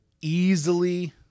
easily